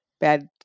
bad